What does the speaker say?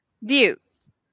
Views